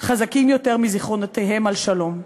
חזקים יותר מזיכרונותיהם על שלום.